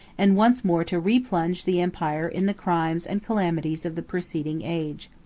and once more to replunge the empire in the crimes and calamities of the preceding age.